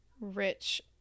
rich